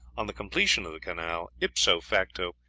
on the completion of the canal, ipso facto,